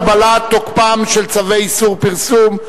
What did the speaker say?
הגבלת תוקפם של צווי איסור פרסום),